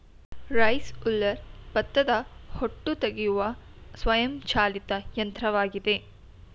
rice huller ಭತ್ತದ ಹೊಟ್ಟು ತೆಗೆಯುವ ಸ್ವಯಂ ಚಾಲಿತ ಯಂತ್ರವಾಗಿದೆ